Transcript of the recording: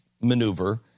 maneuver